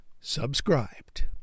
subscribed